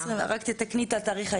אני רוצה להגיד משהו בבקשה.